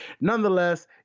Nonetheless